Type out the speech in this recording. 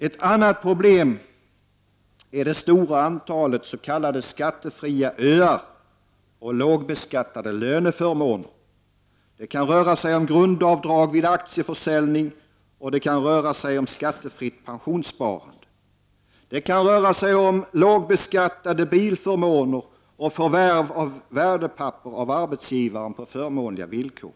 Ett annat problem är det stora antalet s.k. skattefria öar och lågbeskattade löneförmåner. Det kan röra sig om grundavdrag vid aktieförsäljning och skattefritt pensionssparande. Det kan röra sig om lågbeskattade bilförmåner Prot. 1989/90:140 och förvärv av värdepapper av arbetsgivaren på förmånliga villkor.